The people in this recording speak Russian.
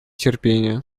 терпения